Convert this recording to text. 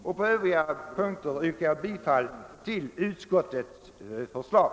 I övrigt yrkar jag bifall till utskottets hemställan.